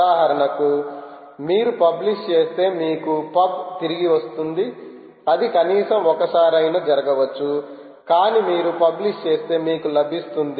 ఉదాహరణకు మీరు పబ్లిష్ చేస్తే మీకు పబ్ తిరిగి లభిస్తుంది అది కనీసం ఒక్కసారైనా జరగవచ్చు కానీ మీరు పబ్లిష్ చేస్తే మీకు లభిస్తుంది